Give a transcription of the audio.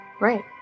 right